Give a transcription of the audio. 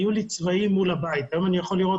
היו לי צבאים מול הבית אבל היום אני יכול לראות